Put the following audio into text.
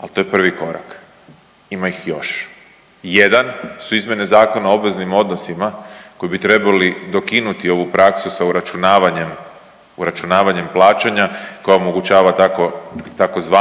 ali to je prvi korak ima ih još. Jedan su izmjene Zakona o obveznim odnosima koji bi trebali dokinuti ovu praksu sa uračunavanjem, uračunavanjem plaćanja koja omogućava tzv.